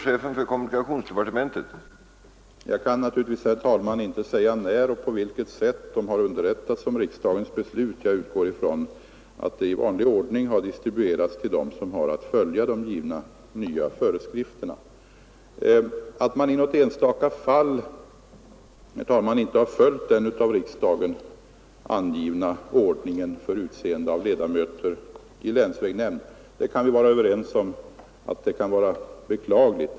Herr talman! Jag kan naturligtvis inte säga när och på vilket sätt de verkställande församlingarna har underrättats om riksdagens beslut. Jag utgår ifrån att det i vanlig ordning har distribuerats till dem som har att följa de givna nya föreskrifterna. Att man i något enstaka fall, herr talman, inte har följt den av riksdagen angivna ordningen för utseende av ledamöter i länsvägnämnd kan vi vara överens om är beklagligt.